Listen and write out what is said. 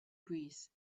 breeze